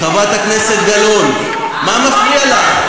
חברת הכנסת גלאון, מה מפריע לך?